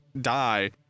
die